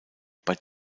bei